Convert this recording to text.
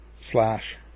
slash